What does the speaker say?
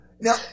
Now